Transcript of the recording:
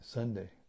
Sunday